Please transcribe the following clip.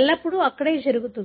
ఎల్లప్పుడూ అక్కడే జరుగుతుంది